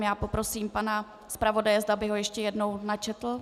Já poprosím pana zpravodaje, zda by ho ještě jednou načetl.